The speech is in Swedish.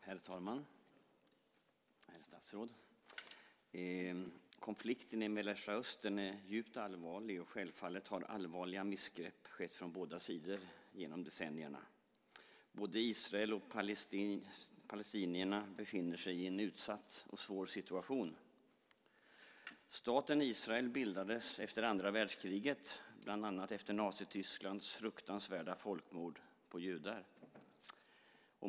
Herr talman! Herr statsråd! Konflikten i Mellanöstern är djupt allvarlig, och självfallet har allvarliga missgrepp skett från båda sidor genom decennierna. Både israelerna och palestinierna befinner sig i en utsatt och svår situation. Staten Israel bildades efter andra världskriget, bland annat efter Nazitysklands fruktansvärda folkmord på judar.